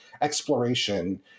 exploration